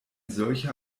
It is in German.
solcher